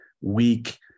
weak